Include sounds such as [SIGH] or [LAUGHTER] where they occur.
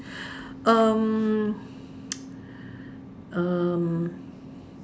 um [NOISE] um